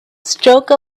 stroke